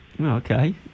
Okay